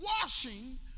washing